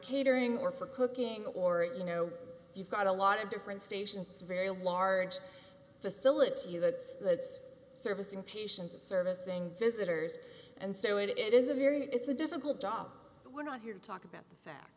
catering or for cooking or it you know you've got a lot of different stations a very large facility that it's servicing patients and servicing visitors and so it is a very it's a difficult job but we're not here to talk about the fact